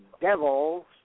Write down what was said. devils